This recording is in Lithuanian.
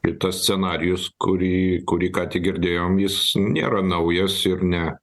kitas scenarijus kurį kurį ką tik girdėjom jis nėra naujas ir ne